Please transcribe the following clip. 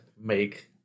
make